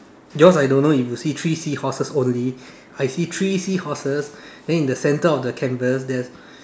yours I don't know if you see three seahorses only I see three seahorses then in the center of the canvas there's